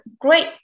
great